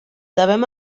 devem